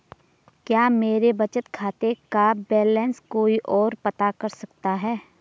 क्या मेरे बचत खाते का बैलेंस कोई ओर पता कर सकता है?